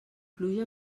pluja